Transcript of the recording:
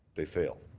they fail.